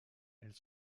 elle